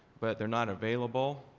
but they're not available,